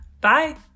Bye